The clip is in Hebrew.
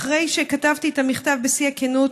אחרי שכתבתי את המכתב בשיא הכנות,